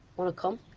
wanna come?